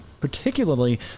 particularly